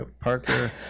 Parker